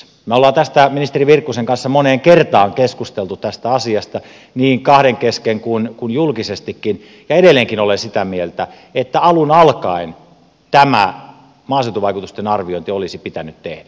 me olemme ministeri virkkusen kanssa moneen kertaan keskustelleet tästä asiasta niin kahden kesken kuin julkisestikin ja edelleenkin olen sitä mieltä että alun alkaen tämä maaseutuvaikutusten arviointi olisi pitänyt tehdä